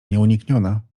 nieunikniona